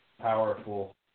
powerful